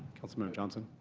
councilmember johnson?